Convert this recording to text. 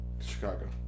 Chicago